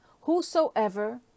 whosoever